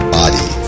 body